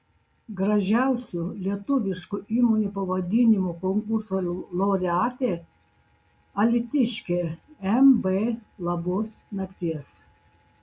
gražiausių lietuviškų įmonių pavadinimų konkurso laureatė alytiškė mb labos nakties